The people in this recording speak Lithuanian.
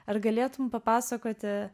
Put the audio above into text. ar galėtum papasakoti